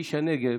כאיש הנגב,